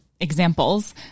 examples